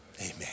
Amen